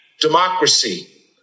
democracy